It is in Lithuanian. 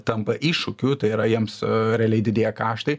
tampa iššūkiu tai yra jiems realiai didėja kaštai